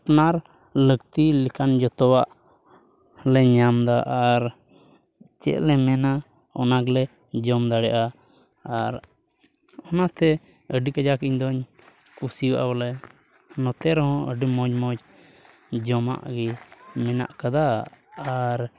ᱟᱨ ᱞᱟᱹᱠᱛᱤᱜ ᱞᱮᱠᱟᱱ ᱡᱚᱛᱚᱣᱟᱜ ᱞᱮ ᱧᱟᱢᱫᱟ ᱟᱨ ᱪᱮᱫ ᱞᱮ ᱢᱮᱱᱟ ᱚᱱᱟ ᱜᱮᱞᱮ ᱡᱚᱢ ᱫᱟᱲᱮᱭᱟᱜᱼᱟ ᱟᱨ ᱚᱱᱟᱛᱮ ᱟᱹᱰᱤ ᱠᱟᱡᱟᱠ ᱤᱧ ᱫᱚᱧ ᱠᱩᱥᱤᱭᱟᱜᱼᱟ ᱵᱚᱞᱮ ᱱᱚᱛᱮ ᱨᱮᱦᱚᱸ ᱟᱹᱰᱤ ᱢᱚᱡᱽ ᱢᱚᱡᱽ ᱡᱚᱢᱟᱜ ᱜᱮ ᱢᱮᱱᱟᱜ ᱠᱟᱫᱟ ᱟᱨ